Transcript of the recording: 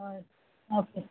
हय ओके